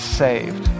saved